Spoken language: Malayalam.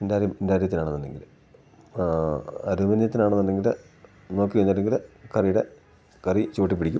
ഇൻറ്റാര്യം ഇൻറ്റാര്യത്തിലാണ് എന്നുണ്ടെങ്കിൽ അലുമിനിയത്തിലാണ് എന്നുണ്ടെങ്കിൽ നോക്കി കഴിഞ്ഞിട്ടുണ്ടെങ്കിൽ കറിയുടെ കറി ചവട്ടിൽ പിടിക്കും